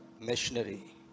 machinery